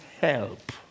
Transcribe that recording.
help